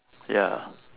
ya